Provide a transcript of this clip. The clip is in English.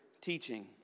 teaching